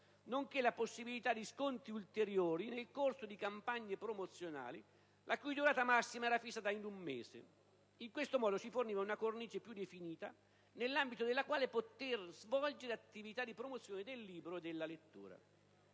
nonché la possibilità di sconti ulteriori nel corso di campagne promozionali, la cui durata massima era fissata in un mese. In questo modo, si forniva una cornice più definita nell'ambito della quale poter svolgere attività di promozione del libro e della lettura.